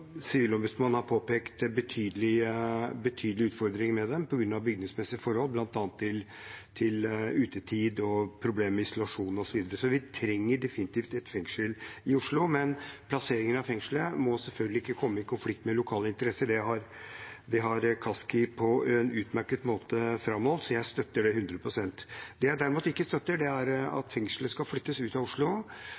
Sivilombudsmannen har påpekt betydelige utfordringer med dem på grunn av bygningsmessige forhold, bl.a. med utetid og problemer med isolasjon. Så vi trenger definitivt et fengsel i Oslo, men plasseringen av fengselet må selvfølgelig ikke komme i konflikt med lokale interesser. Det har Kaski på en utmerket måte framholdt, så jeg støtter det hundre prosent. Det jeg derimot ikke støtter, er at fengselet skal flyttes ut av Oslo. Det er